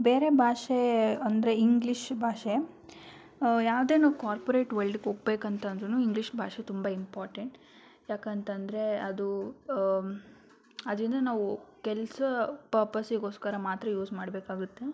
ಬೇರೆ ಭಾಷೆ ಅಂದರೆ ಇಂಗ್ಲೀಷ್ ಭಾಷೆ ಯಾವ್ದಾರು ಕಾರ್ಪ್ರೇಟ್ ವರ್ಲ್ಡ್ಗೆ ಹೋಗ್ಬೇಕ್ ಅಂತ ಅಂದ್ರು ಇಂಗ್ಲೀಷ್ ಭಾಷೆ ತುಂಬ ಇಂಪಾರ್ಟೆಂಟ್ ಯಾಕೆಂತಂದ್ರೆ ಅದು ಆದ್ದರಿಂದ ನಾವು ಕೆಲಸ ಪರ್ಪಸ್ಸಿಗೋಸ್ಕರ ಮಾತ್ರ ಯೂಸ್ ಮಾಡಬೇಕಾಗುತ್ತೆ